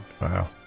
Wow